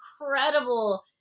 incredible